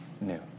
new